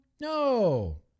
No